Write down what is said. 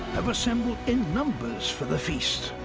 have assembled in numbers for the feast.